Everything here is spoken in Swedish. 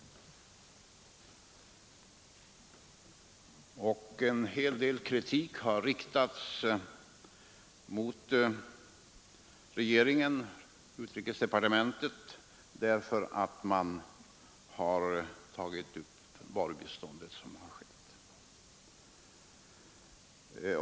En hel del kritik har riktats mot regeringen och utrikesdepartementet därför att man har tagit upp varubiståndet på det sätt som skett.